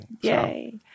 Yay